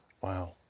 Wow